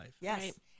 Yes